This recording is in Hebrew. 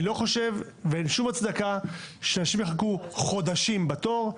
אני לא חושב ואין שום הצדקה שאנשים יחכו חודשים בתור.